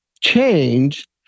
change